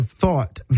thought